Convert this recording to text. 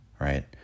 right